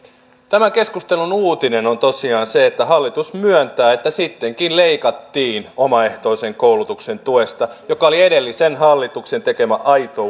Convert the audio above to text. tämän keskustelun uutinen on tosiaan se että hallitus myöntää että sittenkin leikattiin omaehtoisen koulutuksen tuesta joka oli edellisen hallituksen tekemä aito